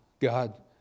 God